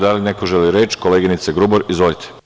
Da li neko želi reč? (Da) Koleginice Grubor izvolite.